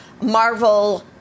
marvel